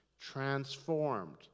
transformed